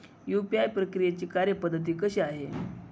UPI प्रक्रियेची कार्यपद्धती कशी आहे?